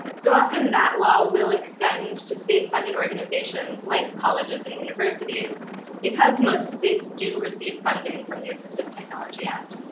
so often, that law will extend to state-funded organizations like colleges and universities because most states do receive funding from the assistive technology act.